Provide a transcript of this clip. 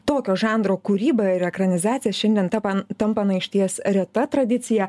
tokio žanro kūryba ir ekranizacija šiandien tapa tampa na išties reta tradicija